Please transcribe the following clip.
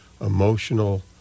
emotional